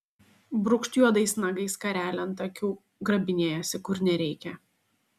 brūkšt juodais nagais skarelę ant akių grabinėjasi kur nereikia